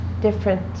different